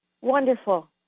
Wonderful